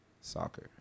soccer